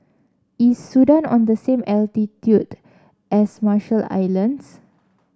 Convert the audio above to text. is Sudan on the same latitude as Marshall Islands